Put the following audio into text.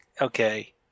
okay